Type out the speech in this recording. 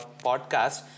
podcast